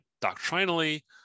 doctrinally